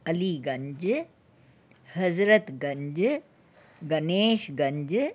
Aliganj Hazratganj Ganeshganj